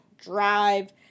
drive